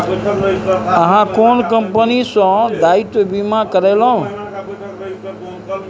अहाँ कोन कंपनी सँ दायित्व बीमा करेलहुँ